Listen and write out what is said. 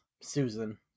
Susan